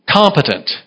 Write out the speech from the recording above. competent